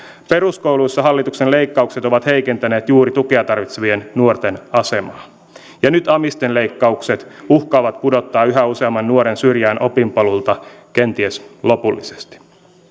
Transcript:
peruskouluissa hallituksen leikkaukset ovat heikentäneet juuri tukea tarvitsevien nuorten asemaa ja nyt amisten leikkaukset uhkaavat pudottaa yhä useamman nuoren syrjään opinpolulta kenties lopullisesti